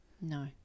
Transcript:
No